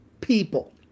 people